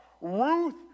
Ruth